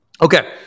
Okay